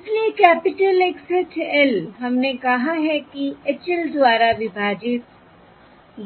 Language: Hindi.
इसलिए कैपिटल X hat l हमने कहा है कि H l द्वारा विभाजित